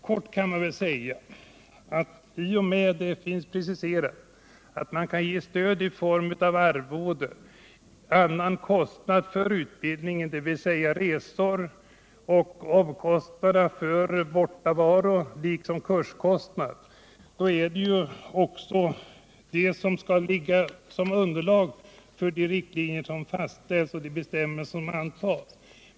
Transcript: Kortfattat kan man uttrycka det så att i och med att det är preciserat att man kan ge stöd i form av arvode eller ersättning för annan kostnad för utbildningen — dvs. kostnader för resor, omkostnader för bortovaro liksom kurskostnader — så skall också detta ligga som underlag för de riktlinjer som fastställs och de bestämmelser som antas för utbildningen.